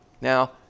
Now